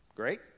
Great